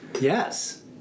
Yes